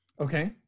Okay